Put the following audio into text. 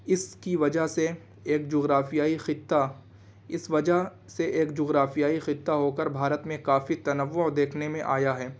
اس کی وجہ سے ایک جغرافیائی خطہ اس وجہ سے ایک جغرافیائی خطہ ہو کر بھارت میں کافی تنوع دیکھنے میں آیا ہے